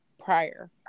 prior